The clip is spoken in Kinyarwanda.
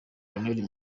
lionel